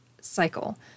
cycle